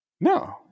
No